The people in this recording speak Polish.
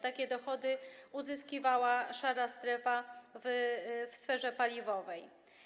Takie dochody uzyskiwała szara strefa w sferze paliwowej.